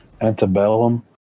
Antebellum